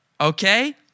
Okay